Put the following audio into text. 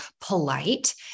polite